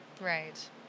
Right